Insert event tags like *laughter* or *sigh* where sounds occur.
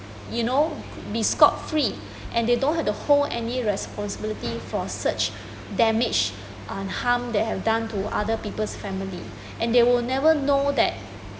you know be scot free *breath* and they don't have to hold any responsibility for search *breath* damage um harm that have done to other people's family *breath* and they would never know that